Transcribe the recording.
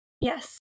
Yes